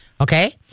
Okay